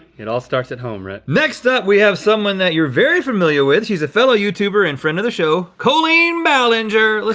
it all starts at home, rhett. next up we have someone who you're very familiar with. she's a fellow youtuber and friend of the show, colleen ballinger! like